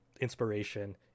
inspiration